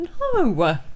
No